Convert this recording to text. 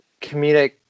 comedic